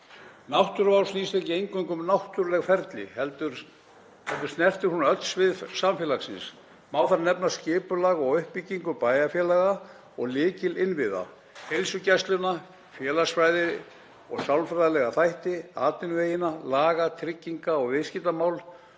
Náttúruvá snýst ekki eingöngu um náttúruleg ferli heldur snertir hún öll svið samfélagsins. Má þar nefna skipulag og uppbyggingu bæjarfélaga og lykilinnviða, heilsugæsluna, félagsfræði og sálfræðilega þætti, atvinnuvegina, laga-, trygginga- og viðskiptamál,